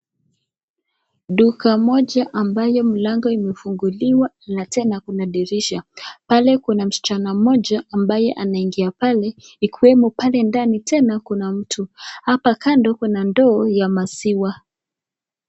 Duka moja ambayo mlango imefunguliwa na tena kuna dirisha. Pale kuna msichana mmoja ambaye anaingia pale ikiwemo pale ndani tena kuna mtu. Hapa kando kuna ndoo ya maziwa.